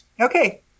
Okay